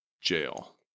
jail